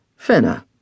Fenna